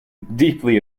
deeply